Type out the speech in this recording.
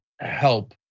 help